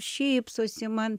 šypsosi man